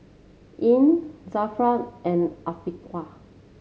Ain Zafran and Afiqah